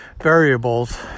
variables